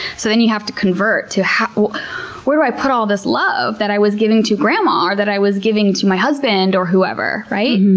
so then you have to convert to, where do i put all this love that i was giving to grandma, or that i was giving to my husband or whoever. right?